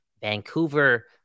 Vancouver